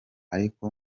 ariko